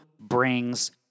brings